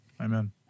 Amen